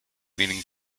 meaning